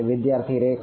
વિદ્યાર્થી રેખા